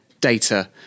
data